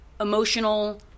emotional